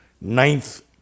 ninth